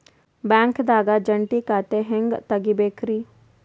ಬ್ಯಾಂಕ್ದಾಗ ಜಂಟಿ ಖಾತೆ ಹೆಂಗ್ ತಗಿಬೇಕ್ರಿ?